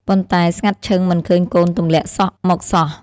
ប៉ុន្តែ ស្ងាត់ឈឹងមិនឃើញកូនទម្លាក់សក់មកសោះ ។